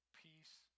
peace